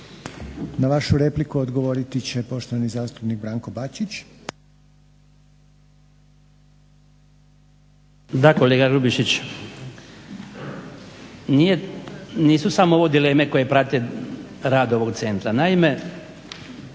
Na vašu repliku odgovoriti će poštovani zastupnik Branko Bačić. **Bačić, Branko (HDZ)** Da kolega Grubišić, nisu samo ovo dileme koje prate rad ovog centra. Naime,